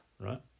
right